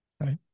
right